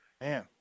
Man